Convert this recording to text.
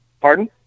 Pardon